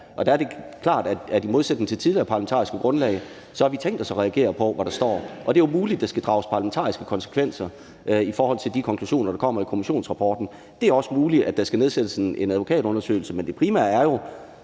Der er det klart, at i modsætning til tidligere parlamentariske grundlag har vi tænkt os at reagere på, hvad der står, og det er jo muligt, at der skal drages parlamentariske konsekvenser i forhold til de konklusioner, der kommer i kommissionsrapporten. Det er også muligt, at der skal nedsættes en advokatundersøgelse. Men det primære er jo,